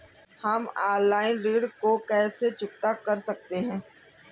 हम ऑनलाइन ऋण को कैसे चुकता कर सकते हैं?